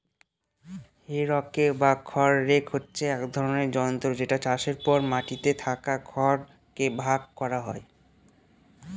হে rake বা খড় rake হচ্ছে এক ধরনের যন্ত্র যেটা চাষের পর মাটিতে থাকা খড় কে ভাগ করা হয়